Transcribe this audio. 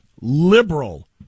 liberal